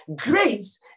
Grace